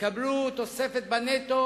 יקבלו תוספת בנטו,